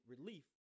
relief